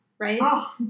Right